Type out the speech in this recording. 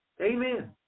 Amen